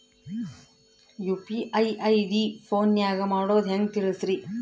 UPI ID ಫೋನಿನಾಗ ಮಾಡೋದು ಹೆಂಗ ತಿಳಿಸ್ರಿ?